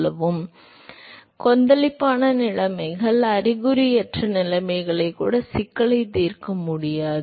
எனவே கொந்தளிப்பான நிலைமைகள் அறிகுறியற்ற பகுப்பாய்வு நிலைமைகளுக்கு கூட சிக்கலை தீர்க்க முடியாது